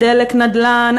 "דלק נדל"ן",